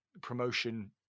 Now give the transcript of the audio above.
promotion